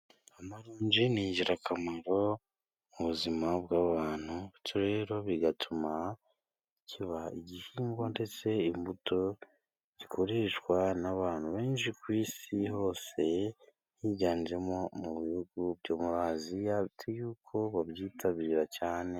Amaronji ni ingirakamaro mu buzima bw'abantu, bityo rero bigatuma kiba igihingwa, ndetse imbuto zikoreshwa n'abantu benshi ku isi hose, higanjemo mu bihugu byo muri aziya, bitewe nuko babyitabira cyane.